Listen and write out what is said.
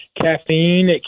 caffeine